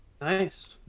Nice